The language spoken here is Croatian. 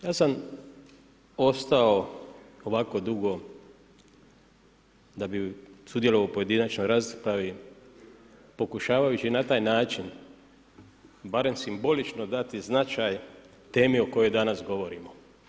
Ja sam ostao ovako dugo da bi sudjelovao u pojedinačnoj raspravi pokušavajući na taj način, barem simbolično dati značaj temi o kojoj danas govorimo.